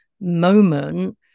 moment